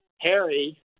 Harry